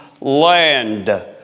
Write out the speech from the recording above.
land